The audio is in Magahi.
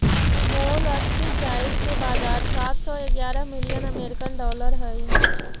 मोलस्कीसाइड के बाजार सात सौ ग्यारह मिलियन अमेरिकी डॉलर हई